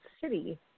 city